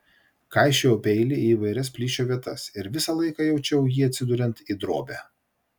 kaišiojau peilį į įvairias plyšio vietas ir visą laiką jaučiau jį atsiduriant į drobę